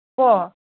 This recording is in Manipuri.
ꯀꯣ